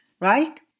right